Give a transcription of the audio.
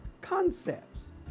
Concepts